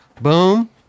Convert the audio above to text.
boom